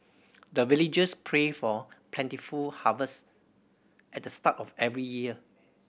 the villagers pray for plentiful harvest at the start of every year